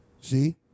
See